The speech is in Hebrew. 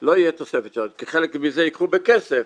לא תהיה תוספת שעות כי חלק מזה ייקחו בכסף,